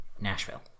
Nashville